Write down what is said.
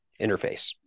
interface